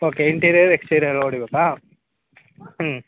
okay interior exterior ಹೊಡೀಬೇಕಾ ಹ್ಞೂ